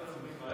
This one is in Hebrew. לא,